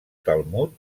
talmud